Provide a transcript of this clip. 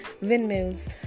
windmills